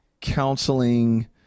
counseling